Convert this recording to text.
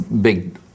big